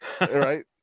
Right